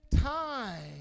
time